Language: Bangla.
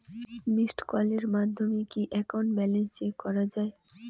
মিসড্ কলের মাধ্যমে কি একাউন্ট ব্যালেন্স চেক করা যায়?